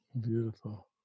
Beautiful